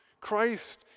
Christ